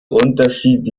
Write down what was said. unterschied